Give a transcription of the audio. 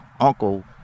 uncle